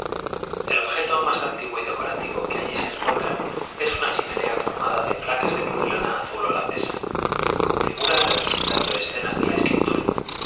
el objeto más antiguo y decorativo que allí se encuentra es una chimenea formada de placas de porcelana azul holandesa con figuras representando escenas de la escritura